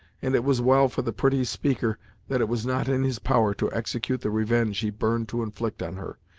and it was well for the pretty speaker that it was not in his power to execute the revenge he burned to inflict on her,